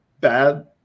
bad